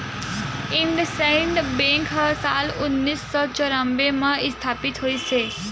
IndusInd bank ह साल उन्नीस सौ चैरानबे म इस्थापित होइस हे